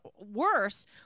worse